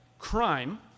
crime